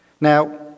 Now